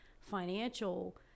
financial